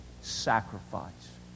sacrifice